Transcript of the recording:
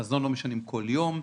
חזון לא משנים כל יום.